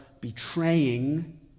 betraying